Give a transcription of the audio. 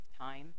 time